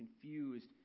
confused